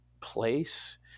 place